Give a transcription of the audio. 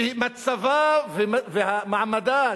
ומצבה ומעמדה,